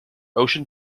ocean